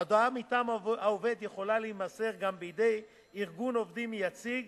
ההודעה מטעם העובד יכולה להימסר גם בידי ארגון העובדים היציג